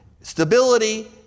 stability